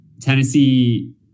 Tennessee